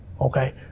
Okay